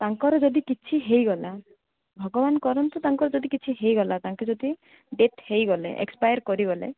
ତାଙ୍କର ଯଦି କିଛି ହେଇଗଲା ଭଗବାନ କରନ୍ତୁ ତାଙ୍କର ଯଦି କିଛି ହେଇଗଲା ତାଙ୍କେ ଯଦି ଡେଥ୍ ହେଇଗଲେ ଏକ୍ସପାୟାର୍ କରିଗଲେ